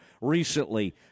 recently